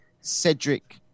cedric